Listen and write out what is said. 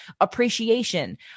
appreciation